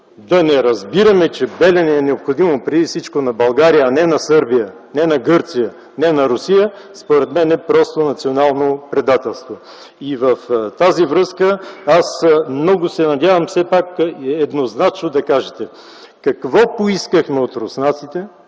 Да не разбираме, че „Белене” е необходимо преди всичко на България, а не на Сърбия, не на Гърция, не на Русия, според мен е просто национално предателство. В тази връзка аз много се надявам все пак еднозначно да кажете: какво поискахме от руснаците